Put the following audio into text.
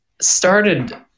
started –